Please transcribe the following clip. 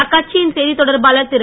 அக்கட்சியின் செய்தித் தொடர்பாளர் திரு